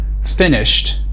finished